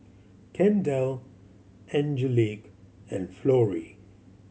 Kendell Angelique and Florie